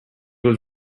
was